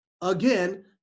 Again